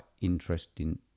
interesting